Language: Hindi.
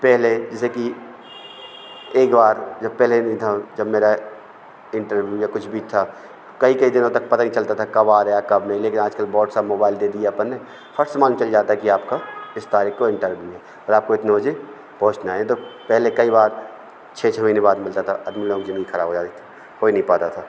पहले जैसे कि एक बार जब पहले नहीं था जब मेरा इंटरव्यू या कुछ भी था तो कई कई दिनों तक पता नहीं चलता था कब आ रेया कब नहीं लेकिन आज कल वाॅट्सअप मोबाइल दे दिया अपन ने फट से मालूम चल जाता है कि आपका इस तारीख़ को इंटरव्यू है और आपको इतने बजे पहुँचना है यह तो पहले कई बार छः छः महीने बाद मिलता था अदमी लोग ज़िंदगी ख़राब हो जाती थी हो ही नहीं पाता था